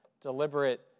deliberate